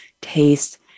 taste